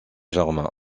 germain